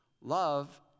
Love